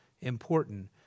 important